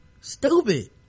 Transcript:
Stupid